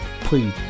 please